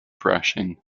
brushing